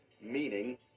meaning